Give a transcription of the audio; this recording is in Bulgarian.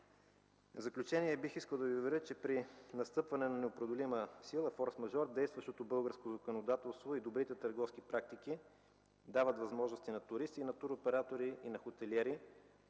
В заключение бих искал да Ви уверя, че при настъпване на непреодолима силна форсмажор, действащото българско законодателство и добрите търговски практики дават възможности на туристи, на туроператори и на хотелиери,